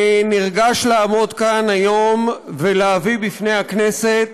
אני נרגש לעמוד כאן היום ולהביא לפני הכנסת